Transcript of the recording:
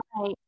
right